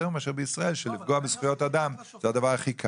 יותר מאשר בישראל שלפגוע בזכויות אדם זה הדבר הכי קל.